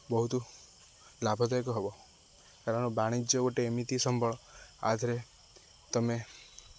ବହୁତ ଲାଭଦାୟକ ହେବ କାରଣ ବାଣିଜ୍ୟ ଗୋଟେ ଏମିତି ସମ୍ବଳ ଆଦେହରେ ତମେ